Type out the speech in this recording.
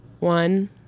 One